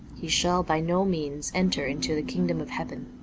he shall by no means enter into the kingdom of heaven.